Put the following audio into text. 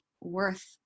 worth